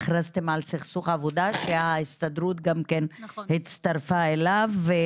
הכרזתם על סכסוך עבודה שההסתדרות הצטרפה אליו.